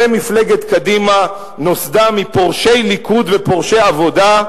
הרי מפלגת קדימה נוסדה מפורשי ליכוד ופורשי עבודה,